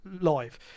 live